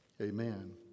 Amen